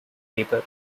labor